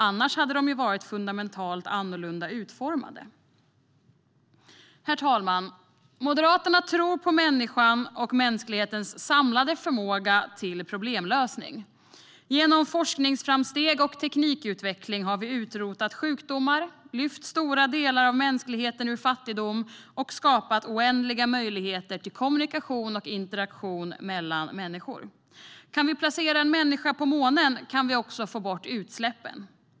Annars hade de varit utformade fundamentalt annorlunda. Herr talman! Moderaterna tror på människan och mänsklighetens samlade förmåga till problemlösning. Genom forskningsframsteg och teknikutveckling har vi utrotat sjukdomar, lyft stora delar av mänskligheten ur fattigdom och skapat oändliga möjligheter till kommunikation och interaktion mellan människor. Kan vi placera en människa på månen kan vi också få bort utsläppen.